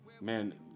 man